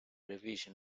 revision